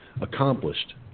accomplished